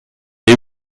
est